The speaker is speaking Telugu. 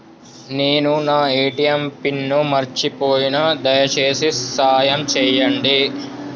నేను నా ఏ.టీ.ఎం పిన్ను మర్చిపోయిన, దయచేసి సాయం చేయండి